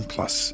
Plus